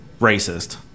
racist